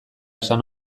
esan